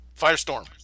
Firestorm